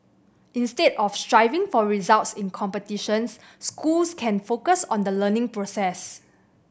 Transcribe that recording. instead of striving for results in competitions schools can focus on the learning process